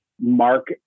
mark